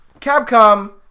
Capcom